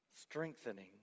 Strengthening